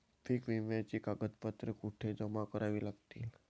पीक विम्याची कागदपत्रे कुठे जमा करावी लागतील?